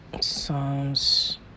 Psalms